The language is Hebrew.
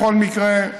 בכל מקרה,